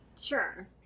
Sure